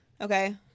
okay